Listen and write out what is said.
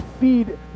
feed